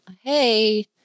hey